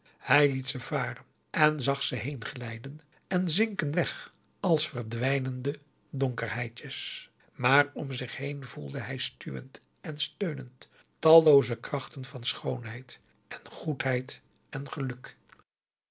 hij liet ze varen en zag ze heenglijden en zinken weg als verdwijnende donkerheidjes maar om zich heen voelde hij stuwend en steunend tallooze krachten van schoonheid en goedheid en geluk